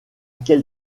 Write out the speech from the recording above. quel